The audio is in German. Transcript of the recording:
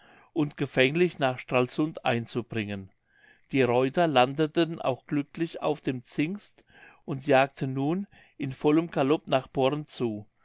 und gefänglich nach stralsund einzubringen die reuter landeten auch glücklich auf dem zingst und jagten nun in vollem galop nach born zu